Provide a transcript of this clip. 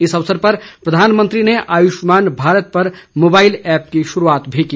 इस अवसर पर प्रधानमंत्री ने आयुष्मान भारत पर मोबाइल ऐप की शुरूआत भी की